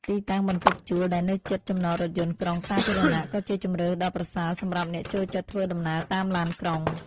ទីតាំងបន្ទប់ជួលដែលនៅជិតចំណតរថយន្តក្រុងសាធារណៈក៏ជាជម្រើសដ៏ប្រសើរសម្រាប់អ្នកចូលចិត្តធ្វើដំណើរតាមឡានក្រុង។